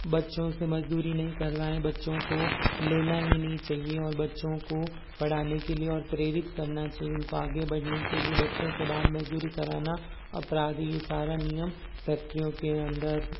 बच्चों से मज़दूरी नहीं करवाएं बच्चों को लेना ही नहीं चाहिए और बच्चों को पढ़ाने के लिए और प्रेरित करना चाहिए उनको आगे बढ़ने के लिए बच्चों से बाल मज़दूरी कराना अपराध है ये सारा नियम फैक्ट्रीयों के अंदर